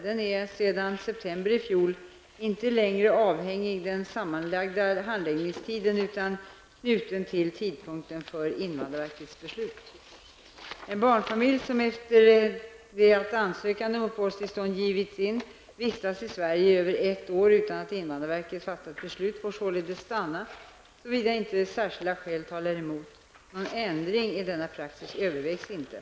Den är, sedan september i fjol, inte längre avhängig den sammanlagda handläggningstiden utan knuten till tidpunkten för invandrarverkets beslut. En barnfamilj som efter det att ansökan om uppehållstillstånd givits in vistats i Sverige i över ett år utan att invandrarverket fattat beslut får således stanna, såvida inte särskilda skäl talar emot. Någon ändring av denna praxis övervägs inte.